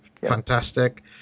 Fantastic